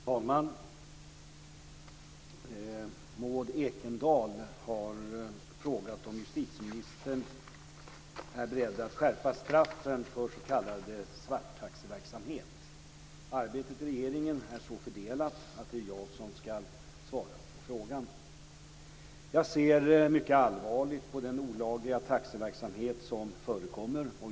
Fru talman! Maud Ekendahl har frågat om justitieministern är beredd att skärpa straffen för s.k. svarttaxiverksamhet. Arbetet i regeringen är så fördelat att det är jag som ska svara på frågan. Jag ser mycket allvarligt på den olagliga taxiverksamhet som förekommer.